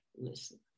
listen